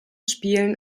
spielen